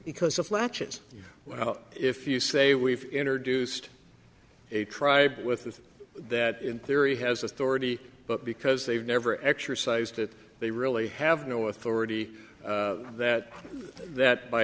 because of latches well if you say we've introduced a tribe with that in theory has authority but because they've never exercised it they really have no authority that that by